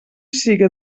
siga